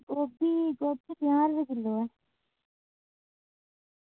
गोभी गोभी पंजाह् रपेऽ किलो ऐ